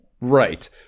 Right